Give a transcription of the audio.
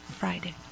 Friday